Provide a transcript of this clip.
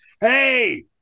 hey